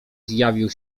zjawił